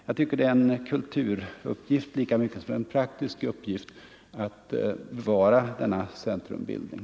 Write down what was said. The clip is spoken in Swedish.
Jag tycker att det är en viktig kulturell uppgift lika mycket som en praktisk att bevara denna centrumbildning.